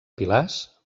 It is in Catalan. pilars